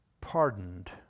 pardoned